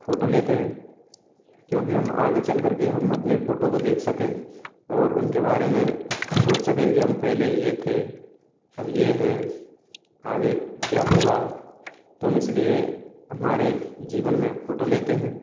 photo लेते हैं क्योंकि हम आगे चल कर के हम अपने फ़ोटो को देख सके और उनके बारे में सोच सके के हम पहले यह थे अब यह है आगे क्या होगा तो हम इसलिए हमारे जीवन मैं फ़ोटो लेते हैं